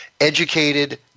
educated